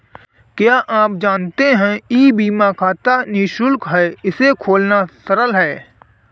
क्या आप जानते है ई बीमा खाता निशुल्क है, इसे खोलना सरल है?